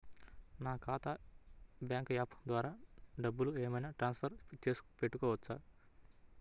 నా ఖాతా bank app ద్వారా డబ్బులు ఏమైనా ట్రాన్స్ఫర్ పెట్టుకోవచ్చా?